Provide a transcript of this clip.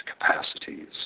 capacities